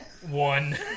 One